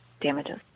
damages